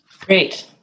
Great